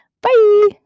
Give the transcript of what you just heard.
Bye